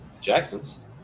Jacksons